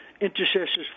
Intercessors